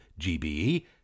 GBE